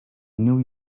new